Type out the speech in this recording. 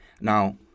Now